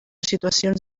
situacions